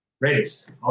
Raiders